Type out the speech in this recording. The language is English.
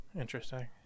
Interesting